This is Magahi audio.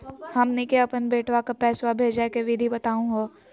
हमनी के अपन बेटवा क पैसवा भेजै के विधि बताहु हो?